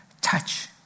Touch